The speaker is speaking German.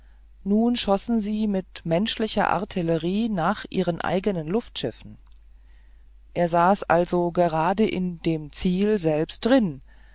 nun schossen sie mit menschlicher artillerie nach ihren eigenen luftschiffen er saß also gerade in dem ziel selbst drin